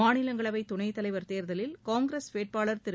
மாநிலங்களவை துணைத் தலைவர் தேர்தலில் காங்கிரஸ் வேட்பாளர் திரு